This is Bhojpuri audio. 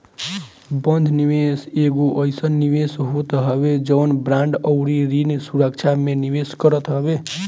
बंध निवेश एगो अइसन निवेश होत हवे जवन बांड अउरी ऋण सुरक्षा में निवेश करत हवे